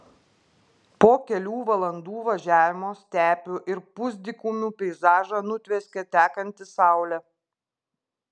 po kelių valandų važiavimo stepių ir pusdykumių peizažą nutvieskė tekanti saulė